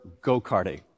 go-karting